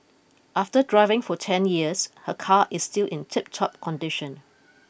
after driving for ten years her car is still in tiptop condition